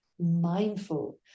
mindful